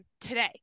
today